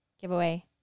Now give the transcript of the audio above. giveaway